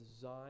design